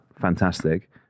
fantastic